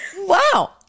Wow